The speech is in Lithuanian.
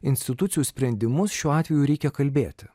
institucijų sprendimus šiuo atveju reikia kalbėti